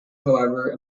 however